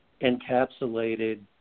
encapsulated